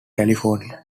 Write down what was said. california